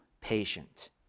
patient